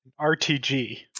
RTG